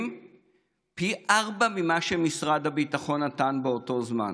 פי ארבעה ממה שנתן משרד הביטחון באותו זמן,